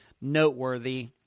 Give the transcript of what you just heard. noteworthy